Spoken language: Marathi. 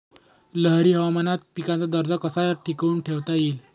लहरी हवामानात पिकाचा दर्जा कसा टिकवून ठेवता येईल?